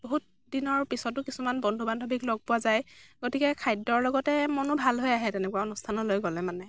বহুত দিনৰ পিছতো কিছুমান বন্ধু বান্ধৱীক লগ পোৱা যায় গতিকে খাদ্য়ৰ লগতে মনো ভাল হয় আহে তেনেকুৱা অনুষ্ঠানলৈ গ'লে মানে